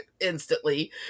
instantly